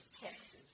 Texas